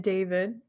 David